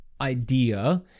idea